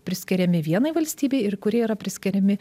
priskiriami vienai valstybei ir kurie yra priskiriami